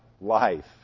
life